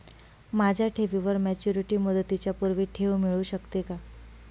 माझ्या ठेवीवर मॅच्युरिटी मुदतीच्या पूर्वी ठेव मिळू शकते का?